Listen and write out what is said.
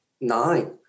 Nine